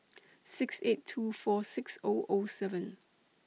six eight two four six O O seven